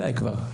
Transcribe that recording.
די כבר,